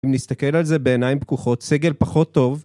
אם נסתכל על זה בעיניים פקוחות, סגל פחות טוב.